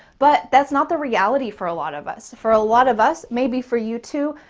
but that's not the reality for a lot of us. for a lot of us, maybe for you too,